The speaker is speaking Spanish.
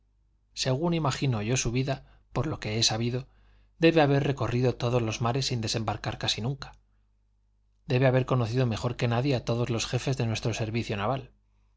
según imagino yo su vida por lo que he sabido debe haber recorrido todos los mares sin desembarcar casi nunca debe haber conocido mejor que nadie a todos los jefes de nuestro servicio naval